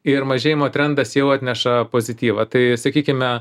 ir mažėjimo trendas jau atneša pozityvą tai sakykime